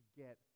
get